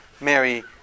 Mary